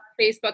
Facebook